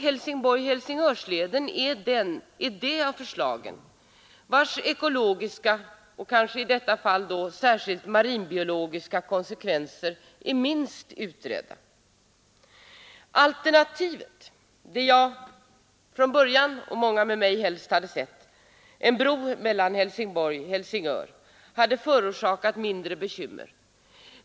Helsingborg—Helsingörleden är det av förslagen vars ekologiska och kanske särskilt marinbiologiska konsekvenser är minst utredda. Alternativet, som jag från början och många med mig helst hade sett — en bro mellan Helsingborg och Helsingör —, hade förorsakat mindre bekymmer.